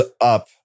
up